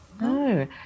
no